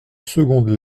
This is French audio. seconde